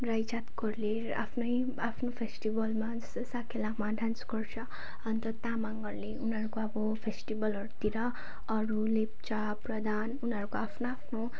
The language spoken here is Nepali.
राई जातकोहरूले आफ्नै आफ्नो फेस्टिबलमा साकेलामा डान्स गर्छ अन्त तामाङहरूले उनीहरूको अब फेस्टिबलहरूतिर अरूले लेप्चा प्रधान उनीहरूको आफ्नो आफ्नो